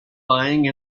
lying